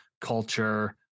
culture